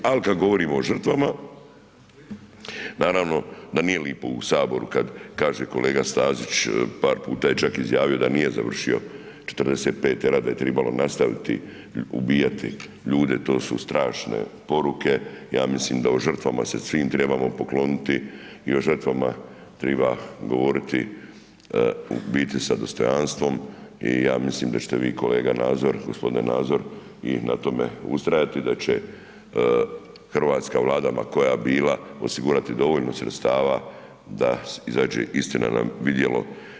Ali kad govorimo o žrtvama, naravno da nije lijepo u Saboru kad kaže kolega Stazić par puta je čak izjavio da nije završio 45. rat, da je trebalo nastaviti ubijati ljude, to su strašne poruke, ja mislim da o žrtvama se svim trebamo pokloniti i o žrtvama treba govoriti u biti sa dostojanstvom i ja mislim da ćete vi, kolega Nazor, g. Nazor, i na tome ustrajati i da će hrvatska Vlada, ma koja bila, osigurati dovoljno sredstava da izađe istina na vidjelo.